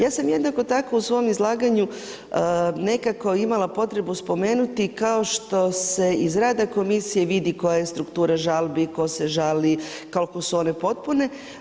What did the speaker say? Ja sam jednako tako u svom izlaganju nekako imala potrebu spomenuti kao što se iz rada komisije vidi koja je struktura žalbi, tko se žali, koliko su one potpune.